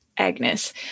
Agnes